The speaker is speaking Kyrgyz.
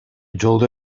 жолдо